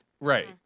Right